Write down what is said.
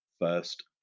first